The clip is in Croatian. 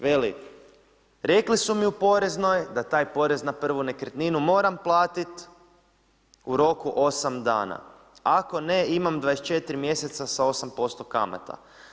Veli, rekli su mi u poreznoj, da taj porez na prvu nekretninu mram platiti u roku 8 dana, ako ne imam 24 mjeseca sa 8% kamata.